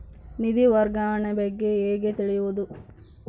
ನಿಧಿ ವರ್ಗಾವಣೆ ಬಗ್ಗೆ ಹೇಗೆ ತಿಳಿಯುವುದು?